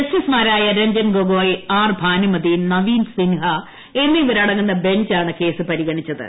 ജസ്റ്റിസുമാരായ രഞ്ജൻ ഗൊഗോയ് ആർ ഭാനുമതി നവീൻ സിൻഹ എന്നിവർ അടങ്ങുന്ന ബഞ്ചാണ് കേസ് പരിഗണിച്ചത്